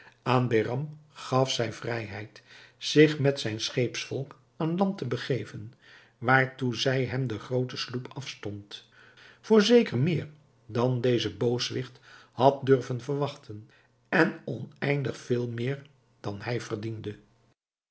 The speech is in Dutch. aan behram gaf zij vrijheid zich met zijn scheepsvolk aan land te begeven waartoe zij hem de groote sloep afstond voorzeker meer dan deze booswicht had durven verwachten en oneindig veel meer dan hij verdiende